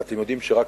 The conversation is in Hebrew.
ואתם יודעים שהיו